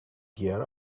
gear